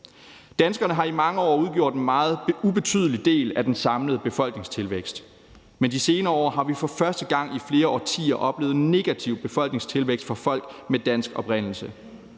Danskerne har i mange år udgjort en meget ubetydelig del af den samlede befolkningstilvækst. Men i de senere år har vi for første gang i flere årtier oplevet negativ befolkningstilvækst af folk med dansk oprindelse.